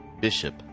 bishop